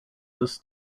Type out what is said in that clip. this